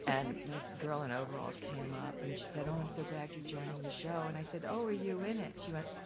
and this girl in overalls came up and she said oh i'm so glad you're joining the show, and i said oh were you in it? she went